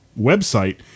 website